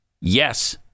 Yes